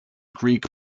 greek